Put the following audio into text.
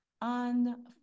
on